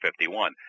51